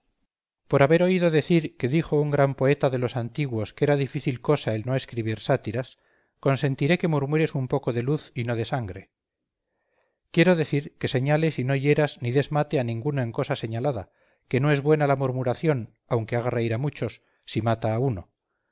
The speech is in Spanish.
por haber oído decir que dijo un gran poeta de los antiguos que era difícil cosa el no escribir sátiras consentiré que murmures un poco de luz y no de sangre quiero decir que señales y no hieras ni des mate a ninguno en cosa señalada que no es buena la murmuración aunque haga reír a muchos si mata a uno